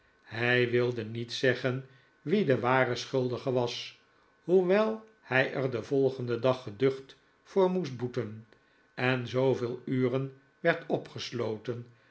hij wilde niet zeggen wie de ware schuldige was hoewel hij er den volgenden dag geducht voor moest boeten en zooveel uren werd opgesloten